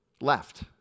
left